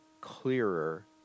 clearer